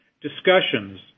discussions